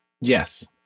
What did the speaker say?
Yes